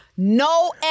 No